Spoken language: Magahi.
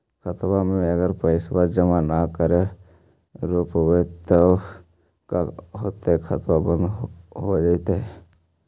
खाता मे अगर पैसा जमा न कर रोपबै त का होतै खाता बन्द हो जैतै?